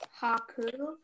Haku